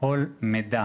כל מידע